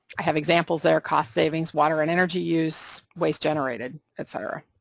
i have examples there are cost savings, water and energy use, waste generated etc.